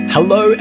Hello